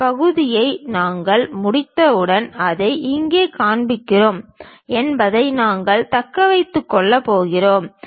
இந்த பகுதியை நாங்கள் முடித்தவுடன் அதை இங்கே காண்பிக்கிறோம் என்பதை நாங்கள் தக்க வைத்துக் கொள்ளப் போகிறோம்